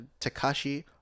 takashi